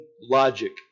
logic